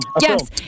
Yes